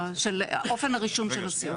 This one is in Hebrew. של אופן הרישום של הסיעות.